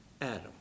Adam